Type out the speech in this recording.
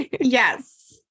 Yes